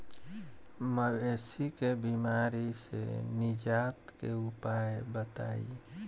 मवेशी के बिमारी से निजात के उपाय बताई?